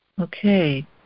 Okay